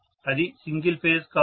అది single phase కాదు